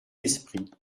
esprit